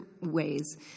ways